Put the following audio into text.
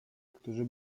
którzy